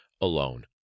alone